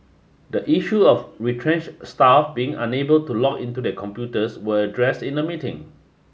the issue of retrenched staff being unable to log into their computers was addressed in the meeting